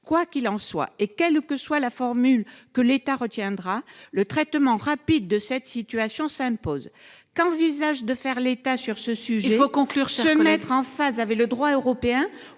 Quoi qu'il en soit, et quelle que soit la formule que l'État retiendra, le traitement rapide de cette situation s'impose. Il faut conclure, chère collègue ! Qu'envisage de faire l'État sur ce sujet : se mettre en phase avec le droit européen